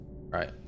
Right